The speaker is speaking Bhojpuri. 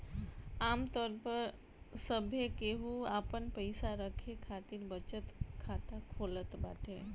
आमतौर पअ सभे केहू आपन पईसा रखे खातिर बचत खाता खोलत बाटे